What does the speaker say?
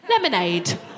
Lemonade